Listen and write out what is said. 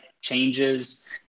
changes